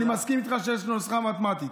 אני מסכים איתך שיש נוסחה מתמטית.